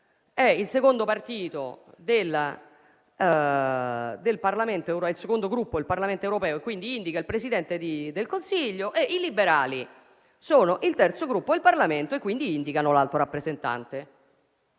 il secondo Gruppo del Parlamento europeo e quindi indica il Presidente del Consiglio. I liberali sono il terzo Gruppo al Parlamento e quindi indicano l'Alto rappresentante.